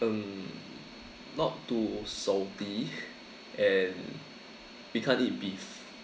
um not too salty and we can't eat beef